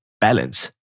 balance